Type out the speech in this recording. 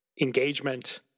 engagement